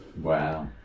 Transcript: Wow